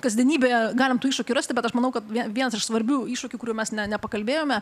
kasdienybėje galim tų iššūkių rasti bet aš manau kad vie vienas iš svarbių iššūkių kurių mes ne nepakalbėjome